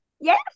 Yes